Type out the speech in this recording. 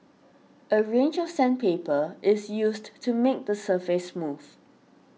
a range of sandpaper is used to make the surface smooth